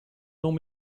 non